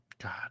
God